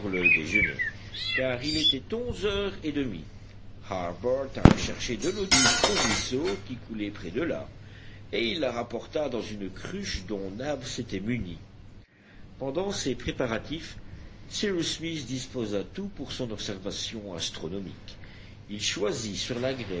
le déjeuner car il était onze heures et demie harbert alla chercher de l'eau douce au ruisseau qui coulait près de là et il la rapporta dans une cruche dont nab s'était muni pendant ces préparatifs cyrus smith disposa tout pour son observation astronomique il choisit sur la